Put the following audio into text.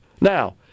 Now